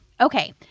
Okay